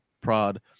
prod